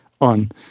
on